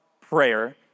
prayer